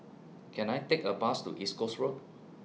Can I Take A Bus to East Coast Road